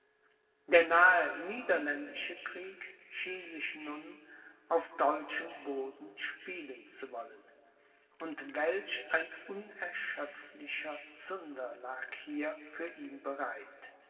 der nahe niederländische krieg schien sich nun auf deutschen boden spielen zu wollen und welch ein unerschöpflicher zunder lag hier für ihn bereit